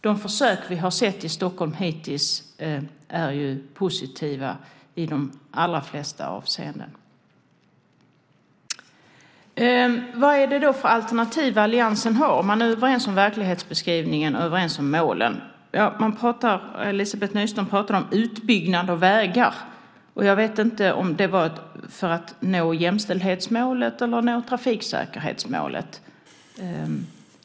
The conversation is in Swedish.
De försök vi har sett i Stockholm hittills är också positiva i de allra flesta avseenden. Vad är det då för alternativ alliansen har, om vi nu är överens om verklighetsbeskrivningen och om målen? Elizabeth Nyström pratade om utbyggnad av vägar. Jag vet inte om det var för att nå jämställdhetsmålet eller för att nå trafiksäkerhetsmålet.